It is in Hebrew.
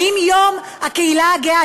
האם יום הקהילה הגאה,